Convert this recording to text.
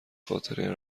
خاطره